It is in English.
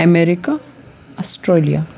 America Australia